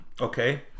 okay